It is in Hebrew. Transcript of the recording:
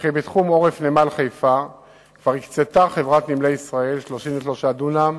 ובתחום עורף נמל חיפה כבר הקצתה חברת "נמלי ישראל" 33 דונם